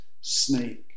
snake